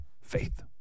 Faith